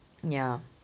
ya